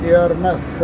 ir mes